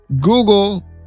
Google